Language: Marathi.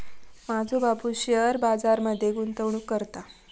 माझो बापूस शेअर बाजार मध्ये गुंतवणूक करता